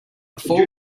four